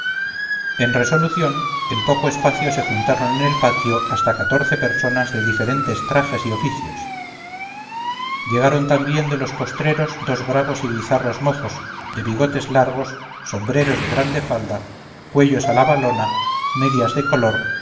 en resolución en poco espacio se juntaron en el patio hasta catorce personas de diferentes trajes y oficios llegaron también de los postreros dos bravos y bizarros mozos de bigotes largos sombreros de grande falda cuellos a la valona medias de color